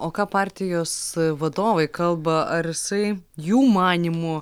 o ką partijos vadovai kalba ar jisai jų manymu